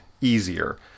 easier